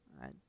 right